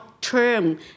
term